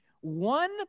one